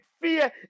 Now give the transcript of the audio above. fear